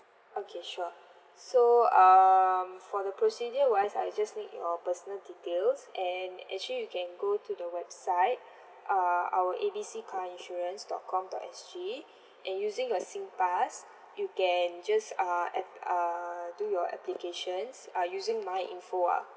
okay sure so um for the procedure wise I just need your personal details and actually you can go to the website uh our A B C car insurance dot com dot S G and using your SingPass you can just uh ap~ uh do your applications uh using MyInfo ah